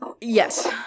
Yes